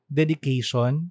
dedication